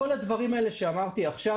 כל הדברים האלה שאמרתי עכשיו,